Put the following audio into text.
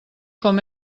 com